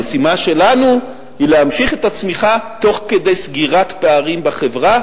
המשימה שלנו היא להמשיך את הצמיחה תוך כדי סגירת פערים בחברה,